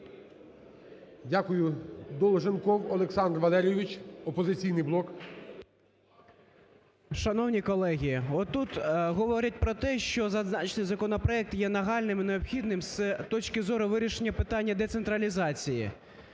Дякую. Долженков Олександр Валерійович, "Опозиційний блок". 16:29:12 ДОЛЖЕНКОВ О.В. Шановні колеги, от тут говорять про те, що зазначений законопроект є нагальним і необхідним з точки зору вирішення питання децентралізації.